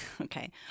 okay